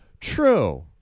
True